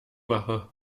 mache